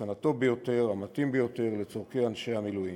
באופן הטוב ביותר והמתאים ביותר לצורכי אנשי המילואים.